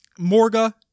Morga